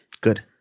Good